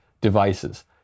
devices